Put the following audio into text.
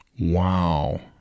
Wow